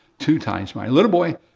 two times mine, little boy,